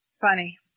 Funny